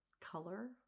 color